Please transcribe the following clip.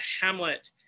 hamlet